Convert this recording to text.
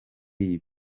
iyi